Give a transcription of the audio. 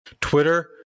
Twitter